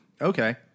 okay